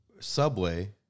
Subway